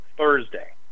Thursday